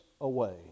away